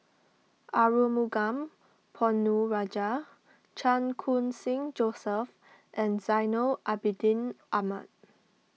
Arumugam Ponnu Rajah Chan Khun Sing Joseph and Zainal Abidin Ahmad